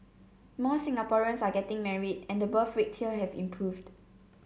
more Singaporeans are getting married and the birth rates here have improved